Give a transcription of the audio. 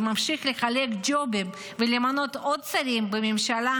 וממשיך לחלק ג'ובים ולמנות עוד שרים בממשלה